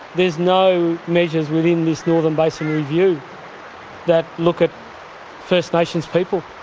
there is no measures within this northern basin review that look at first nations people.